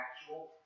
actual